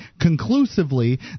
conclusively